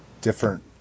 different